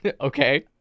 okay